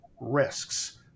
risks